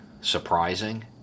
surprising